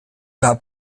not